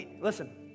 Listen